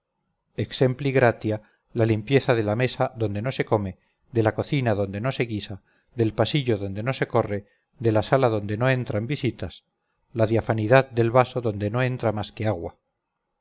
nada exempligratia la limpieza de la mesa donde no se come de la cocina donde no se guisa del pasillo donde no se corre de la sala donde no entran visitas la diafanidad del vaso donde no entra más que agua